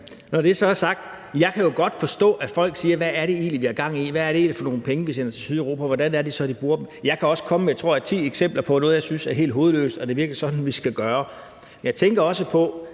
Når det så er sagt, kan jeg jo godt forstå, at folk siger: Hvad er det egentlig, vi har gang i? Hvad er det egentlig for nogle penge, vi sender til Sydeuropa, og hvordan er det så, de bruger dem? Jeg kan også komme med, tror jeg, ti eksempler på noget, jeg synes er helt hovedløst, hvor jeg kunne spørge, om det virkelig er sådan, vi skal gøre. Jeg tænker også på,